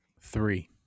Three